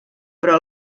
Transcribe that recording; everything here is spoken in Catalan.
però